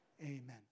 Amen